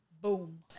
Boom